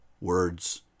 words